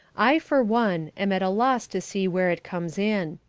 i, for one, am at a loss to see where it comes in.